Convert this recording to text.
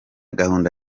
gahunda